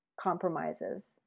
compromises